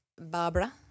Barbara